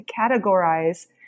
categorize